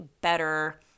better